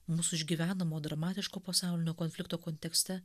mūsų išgyvenamo dramatiško pasaulinio konflikto kontekste